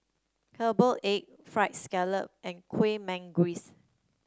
Herbal Egg fried scallop and Kueh Manggis